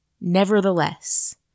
Nevertheless